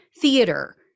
theater